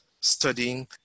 studying